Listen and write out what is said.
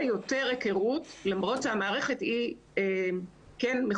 יותר היכרות למרות שהמערכת כן מחולקת